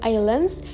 Islands